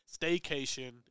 staycation